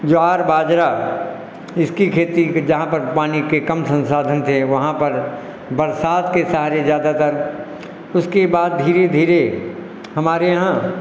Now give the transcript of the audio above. ज्वार बाजरा इसकी खेती के जहाँ पर पानी के कम संसाधन थे वहाँ पर बरसात के सहारे ज़्यादातर उसके बाद धीरे धीरे हमारे यहाँ